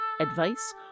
advice